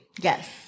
yes